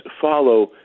follow